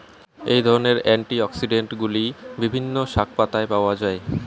এই ধরনের অ্যান্টিঅক্সিড্যান্টগুলি বিভিন্ন শাকপাতায় পাওয়া য়ায়